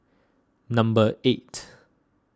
number eight